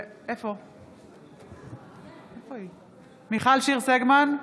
בעד רם שפע,